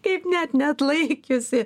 kaip net neatlaikiusi